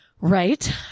Right